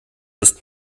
ist